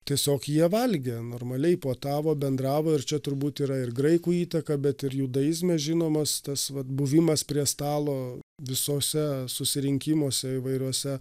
tiesiog jie valgė normaliai puotavo bendravo ir čia turbūt yra ir graikų įtaka bet ir judaizme žinomas tas vat buvimas prie stalo visose susirinkimuose įvairiose